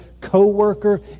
co-worker